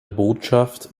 botschaft